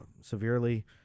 severely